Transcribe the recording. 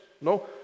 No